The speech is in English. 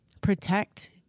protect